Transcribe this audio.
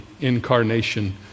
incarnation